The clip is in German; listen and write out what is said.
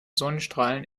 sonnenstrahlen